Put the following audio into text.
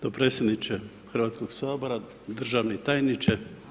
Dopredsjedniče Hrvatskog sabora, državni tajniče.